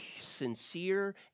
sincere